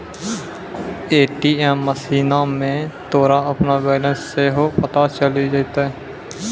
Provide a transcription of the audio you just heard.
ATM मशीनो मे तोरा अपनो बैलेंस सेहो पता चलि जैतै